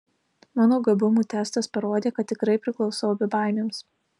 mano gabumų testas parodė kad tikrai priklausau bebaimiams